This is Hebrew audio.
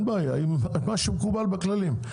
מה שמקובל בכללים,